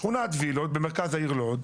שכונת וילות במרכז העיר לוד,